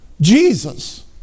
Jesus